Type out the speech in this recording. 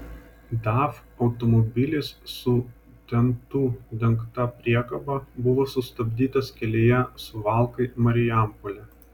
daf automobilis su tentu dengta priekaba buvo sustabdytas kelyje suvalkai marijampolė